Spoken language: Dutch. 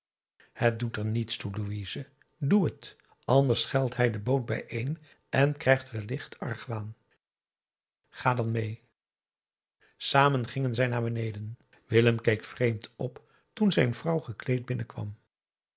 het doet er niets toe louise doe het anders schelt hij de boot bijeen en krijgt wellicht argwaan ga dan mee samen gingen zij naar beneden willem keek vreemd op toen zijn vrouw gekleed binnenkwam